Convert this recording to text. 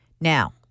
now